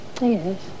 Yes